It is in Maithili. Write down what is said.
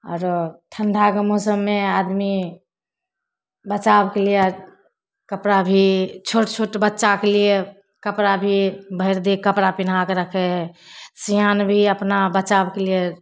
आओर ठण्डाके मौसममे आदमी बचावके लिए कपड़ा भी छोट छोट बच्चाके लिए कपड़ा भी भरि देह कपड़ा पिनहाके रखै हइ सिआन भी अपना बचावके लिए